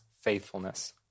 faithfulness